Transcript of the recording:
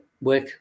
work